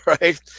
right